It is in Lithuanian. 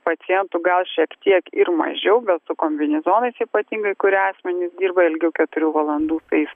pacientų gal šiek tiek ir mažiau bet su kombinezonais ypatingai kurie asmenys dirba ilgiau keturių valandų tais